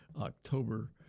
October